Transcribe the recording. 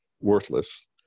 worthless